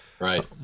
right